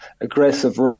aggressive